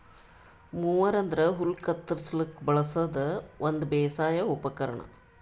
mower ಅಂದ್ರ ಹುಲ್ಲ್ ಕತ್ತರಸ್ಲಿಕ್ ಬಳಸದ್ ಒಂದ್ ಬೇಸಾಯದ್ ಉಪಕರ್ಣ್